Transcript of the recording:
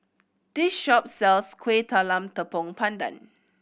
this shop sells Kueh Talam Tepong Pandan